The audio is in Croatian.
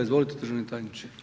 Izvolite državni tajniče.